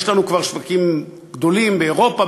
יש לנו כבר שווקים גדולים באירופה,